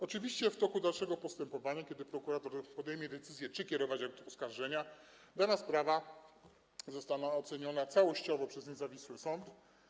Oczywiście w toku dalszego postępowania, kiedy prokurator podejmie decyzję, czy kierować akt oskarżenia, dana sprawa zostanie oceniona całościowo przez niezawisły sąd.